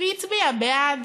והוא הצביע בעד.